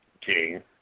king